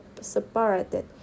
separated